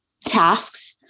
tasks